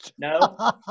No